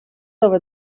over